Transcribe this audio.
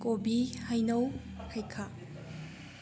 ꯀꯣꯕꯤ ꯍꯩꯅꯧ ꯍꯩꯈꯥ